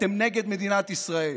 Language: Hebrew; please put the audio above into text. אתם נגד מדינת ישראל.